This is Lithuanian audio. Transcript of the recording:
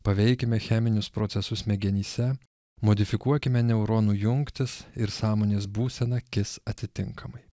paveikiame cheminius procesus smegenyse modifikuokime neuronų jungtis ir sąmonės būsena kis atitinkamai